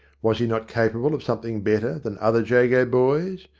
was he not capable of something better than other jago boys?